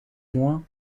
moins